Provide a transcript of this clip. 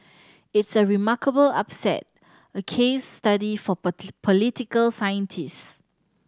it's a remarkable upset a case study for political scientist